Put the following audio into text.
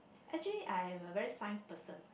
actually I am a very Science person